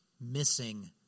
missing